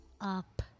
up